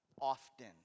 often